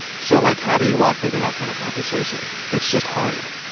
so like, how do you walk into that kind of conversation? it's just harder.